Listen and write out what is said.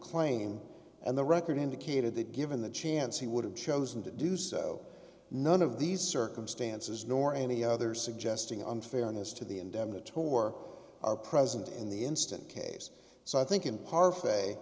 claim and the record indicated that given the chance he would have chosen to do so none of these circumstances nor any other suggesting unfairness to the indemnity tore are present in the instant case so i think in parfait